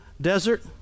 desert